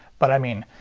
but i mean.